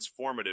transformative